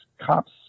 cops